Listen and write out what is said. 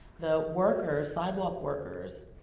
the workers, sidewalk workers,